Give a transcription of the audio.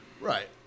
Right